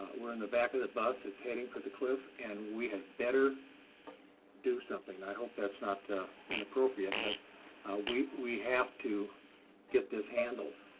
we're in the back of the bus, it's heading for the cliff, and we had better do something. i hope that's not inappropriate. but we we have to get this handled.